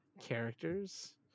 Characters